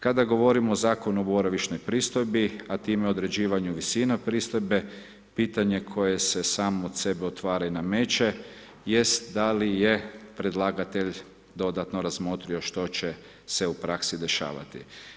Kada govorimo o Zakonu o boravišnoj pristojbi, a time određivanju visina pristojbe, pitanje koje se samo od sebe otvara i nameće jest da li je predlagatelj dodatno razmotrio što će se u praksi dešavati.